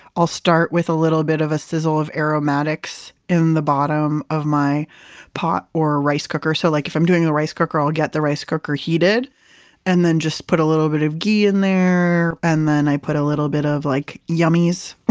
i'll start with a little bit of a sizzle of aromatics in the bottom of my pot or rice cooker. so like if i'm doing a rice cooker, i'll get the rice cooker heated and then just put a little bit of ghee in there, and then i put a little bit of like yummies,